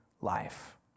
life